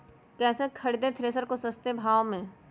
कैसे खरीदे थ्रेसर को सस्ते भाव में?